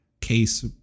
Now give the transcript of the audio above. case